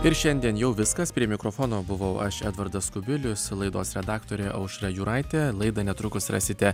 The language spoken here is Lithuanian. ir šiandien jau viskas prie mikrofono buvau aš edvardas kubilius laidos redaktorė aušra juraitė laidą netrukus rasite